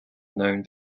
known